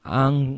ang